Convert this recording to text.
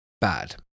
bad